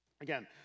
Again